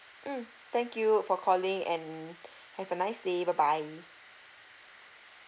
mm thank you for calling and have a nice day bye bye